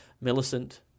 Millicent